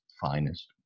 finest